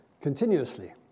Continuously